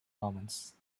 omens